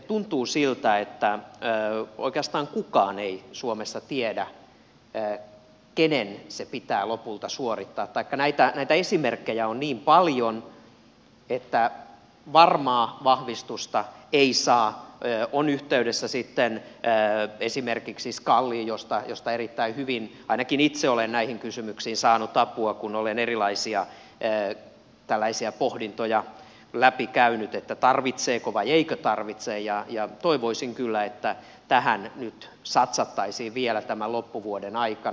tuntuu siltä että oikeastaan kukaan ei suomessa tiedä kenen se pitää lopulta suorittaa taikka näitä esimerkkejä on niin paljon että varmaa vahvistusta ei saa onpa yhteydessä sitten esimerkiksi skaliin josta erittäin hyvin ainakin itse olen näihin kysymyksiin saanut apua kun olen tällaisia erilaisia pohdintoja läpi käynyt että tarvitseeko vai eikö tarvitse ja toivoisin kyllä että tähän nyt satsattaisiin vielä tämän loppuvuoden aikana